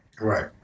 Right